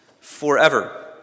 forever